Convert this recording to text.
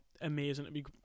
amazing